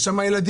יש שם ילדים,